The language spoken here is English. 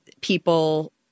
people